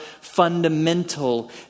fundamental